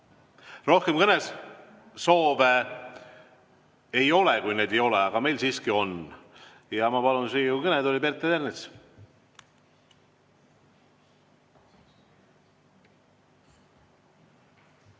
Rohkem kõnesoove ei ole, kui neid ei ole. Aga meil siiski on. Ja ma palun Riigikogu kõnetooli Peeter Ernitsa.